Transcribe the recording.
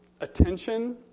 attention